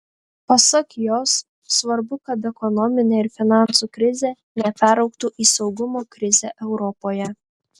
pasak jos svarbu kad ekonominė ir finansų krizė neperaugtų į saugumo krizę europoje